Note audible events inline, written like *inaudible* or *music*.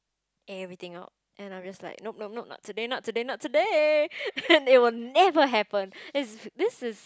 everything out and I'm just like nope nope nope not today not today not today *laughs* and it will never happen it~ this is